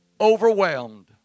overwhelmed